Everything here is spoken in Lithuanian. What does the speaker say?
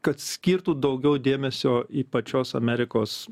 kad skirtų daugiau dėmesio į pačios amerikos